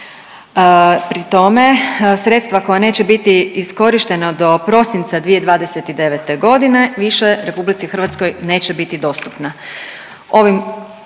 Pri tome sredstva koja neće biti iskorištena do prosinca 2029.g. više RH neće biti dostupna.